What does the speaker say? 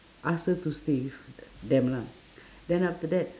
ask her to stay with them lah then after that